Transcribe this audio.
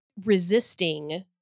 resisting